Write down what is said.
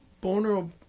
Boner